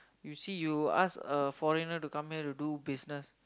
you see you ask a foreigner to come here to do business